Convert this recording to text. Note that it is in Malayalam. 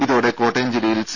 ഇതോടെ കോട്ടയം ജില്ലയിൽ സി